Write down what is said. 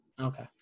Okay